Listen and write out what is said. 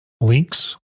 links